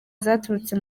zaturutse